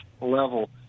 level